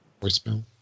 Voicemail